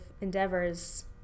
endeavors